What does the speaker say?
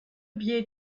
biais